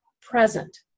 present